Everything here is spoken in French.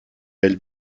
belle